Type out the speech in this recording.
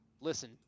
Listen